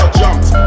jumped